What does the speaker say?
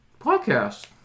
Podcast